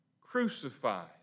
crucified